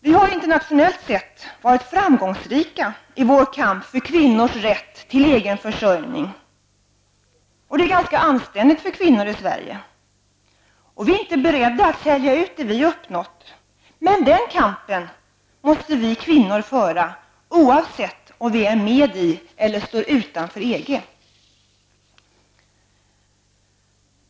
Vi har internationellt sett varit framgångsrika i vår kamp för kvinnors rätt till egen försörjning, och det är ganska anständigt för kvinnor i Sverige som vi. Vi är inte beredda att sälja ut det har uppnått, men den kampen måste vi kvinnor föra oavsett om vi är med i eller står utanför EG.